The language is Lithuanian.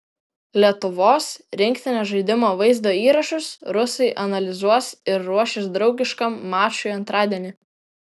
lietuvos rinktinės žaidimo vaizdo įrašus rusai analizuos ir ruošis draugiškam mačui antradienį